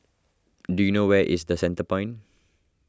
do you know where is the Centrepoint